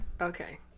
Okay